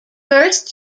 first